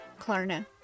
Klarna